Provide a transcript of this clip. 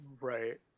right